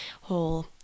whole